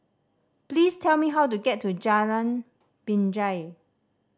please tell me how to get to Jalan Binjai